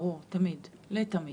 ברור, לתמיד.